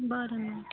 बरं